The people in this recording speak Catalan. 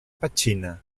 petxina